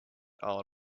all